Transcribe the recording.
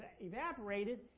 evaporated